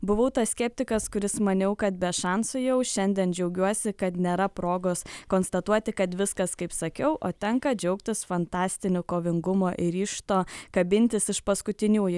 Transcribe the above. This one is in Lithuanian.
buvau tas skeptikas kuris maniau kad be šansų jau šiandien džiaugiuosi kad nėra progos konstatuoti kad viskas kaip sakiau o tenka džiaugtis fantastiniu kovingumo ir ryžto kabintis iš paskutiniųjų